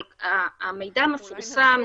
אבל המידע מפורסם.